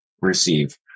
receive